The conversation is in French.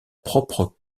propre